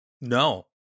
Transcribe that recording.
No